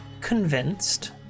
convinced